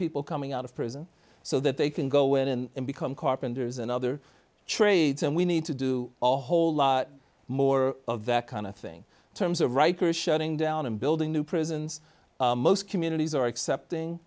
people coming out of prison so that they can go in and become carpenters and other trades and we need to do a whole lot more of that kind of thing terms of writers shutting down and building new prisons most communities are accepting